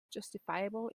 justifiable